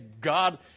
God